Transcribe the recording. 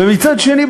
ומצד שני,